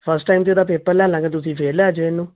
first time 'ਤੇ ਇਹਦਾ paper ਲੈ ਲਾਂਗੇ ਤੁਸੀਂ ਫਿਰ ਲੈ ਜਾਇਓ ਇਹਨੂੰ